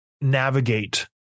navigate